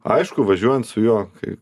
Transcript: aišku važiuojant su juo kai